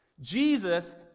Jesus